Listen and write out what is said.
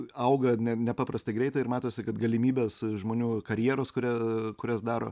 auga nepaprastai greitai ir matosi kad galimybes žmonių karjeros kuria kurias daro